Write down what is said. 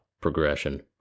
progression